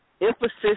emphasis